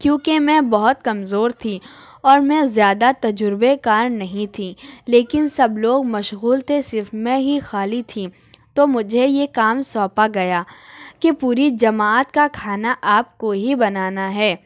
کیوں کہ میں بہت کمزور تھی اور میں زیادہ تجربہ کار نہیں تھی لیکن سب لوگ مشغول تھے صرف میں ہی خالی تھی تو مجھے یہ کام سونپا گیا کہ پوری جماعت کا کھانا آپ کو ہی بنانا ہے